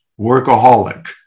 workaholic